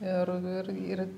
ir ir ir